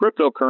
cryptocurrency